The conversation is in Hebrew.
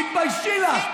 תתביישי לך.